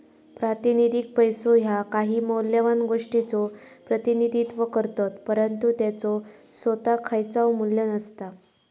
प्रातिनिधिक पैसो ह्या काही मौल्यवान गोष्टीचो प्रतिनिधित्व करतत, परंतु त्याचो सोताक खयचाव मू्ल्य नसता